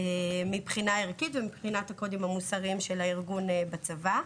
מבחינה ערכית ומבחינת הקודים המוסריים של הארגון בצבא.